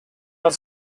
are